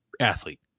athlete